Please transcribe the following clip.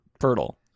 fertile